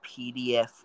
PDF